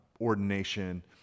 ordination